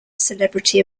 celebrity